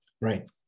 Right